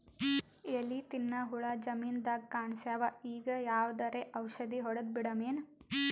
ಎಲಿ ತಿನ್ನ ಹುಳ ಜಮೀನದಾಗ ಕಾಣಸ್ಯಾವ, ಈಗ ಯಾವದರೆ ಔಷಧಿ ಹೋಡದಬಿಡಮೇನ?